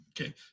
Okay